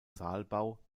saalbau